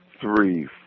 three